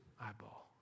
eyeball